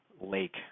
lake